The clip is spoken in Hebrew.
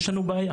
יש לנו בעיה,